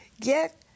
Get